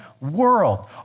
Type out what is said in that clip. world